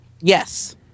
Yes